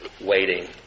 waiting